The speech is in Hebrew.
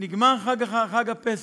ונגמר חג הפסח